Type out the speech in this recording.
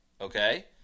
Okay